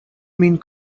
min